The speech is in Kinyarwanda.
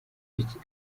icyo